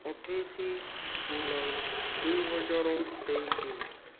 ଅଠେଇଶ ଜୁଲାଇ ଦୁଇହଜାର ତେଇଶ